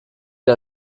die